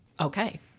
Okay